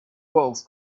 rolls